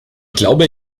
glaube